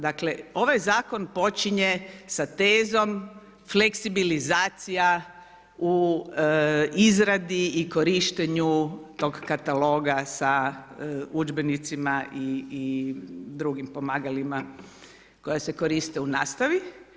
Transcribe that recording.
Dakle ovaj zakon počinje sa tezom fleksibilizacija u izradi i korištenju tog kataloga sa udžbenicima i drugim pomagalima koja se koriste u nastavi.